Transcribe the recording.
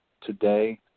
today